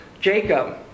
Jacob